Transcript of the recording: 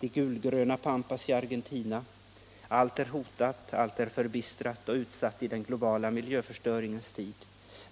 de gulgröna pampas i Argentina, allt är hotat, allt är förbistrat och utsatt i den globala miljöförstöringens tid.